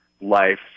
life